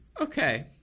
okay